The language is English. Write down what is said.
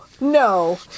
no